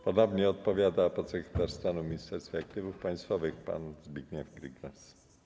Ponownie odpowiada podsekretarz stanu w Ministerstwie Aktywów Państwowych pan Zbigniew Gryglas.